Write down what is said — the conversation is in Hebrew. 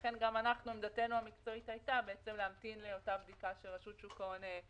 לכן עמדתנו המקצועית הייתה להמתין לאותה בדיקה של רשות שוק ההון.